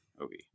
Okay